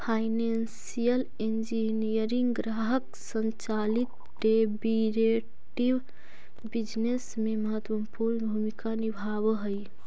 financial engineering ग्राहक संचालित derivative business में महत्वपूर्ण भूमिका निभावऽ हई